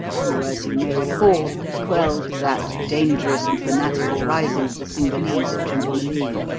who, as you may recall, quelled that dangerous and fanatical rising of the cingalese at trincomalee.